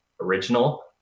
original